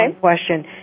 question